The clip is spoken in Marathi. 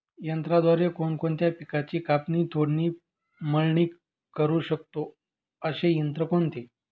यंत्राद्वारे कोणकोणत्या पिकांची कापणी, तोडणी, मळणी करु शकतो, असे यंत्र कोणते?